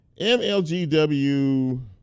MLGW